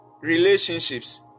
relationships